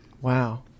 Wow